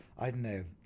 i don't know,